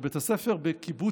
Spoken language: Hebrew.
בית הספר בקיבוץ